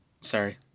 Sorry